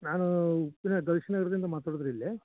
ನಾನೂ ಉಪ್ಪಿನ ದರ್ಶ್ ನಗರದಿಂದ ಮಾತಾಡೋದು ರೀ ಇಲ್ಲಿ